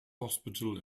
hospital